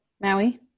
Maui